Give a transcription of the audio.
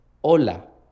hola